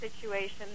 situation